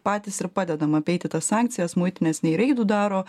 patys ir padedam apeiti tas sankcijas muitinės nei reidų daro